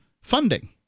funding